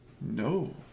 No